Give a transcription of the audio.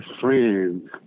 friends